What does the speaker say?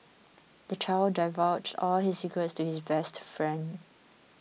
the child divulged all his secrets to his best friend